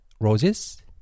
roses